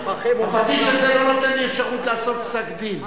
הפטיש הזה לא נותן לי אפשרות לעשות פסק-דין.